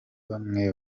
bamwe